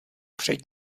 před